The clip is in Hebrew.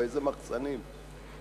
באיזה מחסנים,